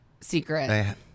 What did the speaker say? Secret